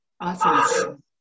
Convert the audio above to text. awesome